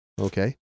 Okay